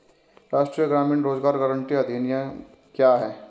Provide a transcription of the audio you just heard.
राष्ट्रीय ग्रामीण रोज़गार गारंटी अधिनियम क्या है?